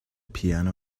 piano